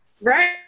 Right